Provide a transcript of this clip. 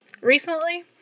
recently